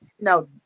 No